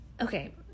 okay